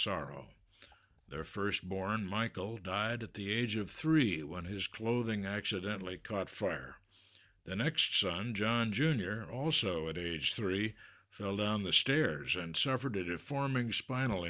sorrow their first born michael died at the age of three when his clothing accidentally caught fire the next son john jr also at age three fell down the stairs and suffered it forming spinal